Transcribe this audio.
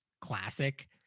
Classic